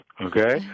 okay